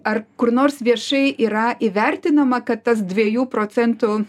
ar kur nors viešai yra įvertinama kad tas dviejų procentų